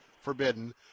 forbidden